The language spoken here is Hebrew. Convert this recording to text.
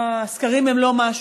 הסקרים הם לא משהו.